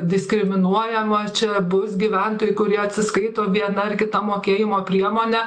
diskriminuojama čia bus gyventojai kurie atsiskaito viena ar kita mokėjimo priemone